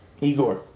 Igor